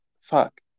fuck